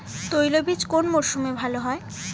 তৈলবীজ কোন মরশুমে ভাল হয়?